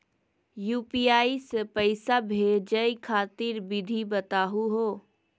UPI स पैसा भेजै खातिर विधि बताहु हो?